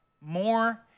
more